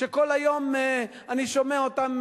שכל היום אני שומע אותם